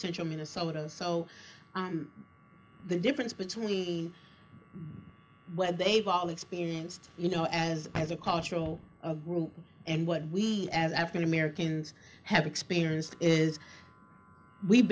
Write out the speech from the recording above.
central minnesota so the difference between what they've all experienced you know as as a cultural group and what we as african americans have experienced is we've